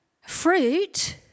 Fruit